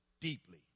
deeply